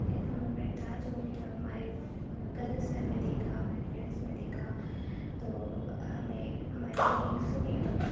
ایسا مومنٹ تھا جو جب ہماری کزنس نے ہمیں دیکھا ہماری فرینڈس نے دیکھا تو ہمیں ہماری سنگنگ سنی انہوں نے